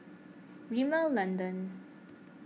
Rimmel London